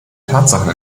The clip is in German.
tatsachen